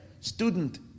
student